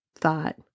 thought